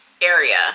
area